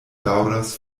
daŭras